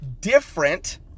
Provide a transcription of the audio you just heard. different